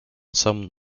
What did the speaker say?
some